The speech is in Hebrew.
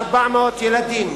400 ילדים.